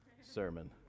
sermon